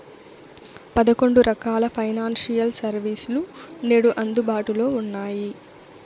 పదకొండు రకాల financial service లు నేడు అందుబాటులో ఉన్నాయి